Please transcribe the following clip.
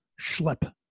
schlep